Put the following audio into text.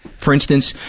for instance,